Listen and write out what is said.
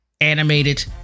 animated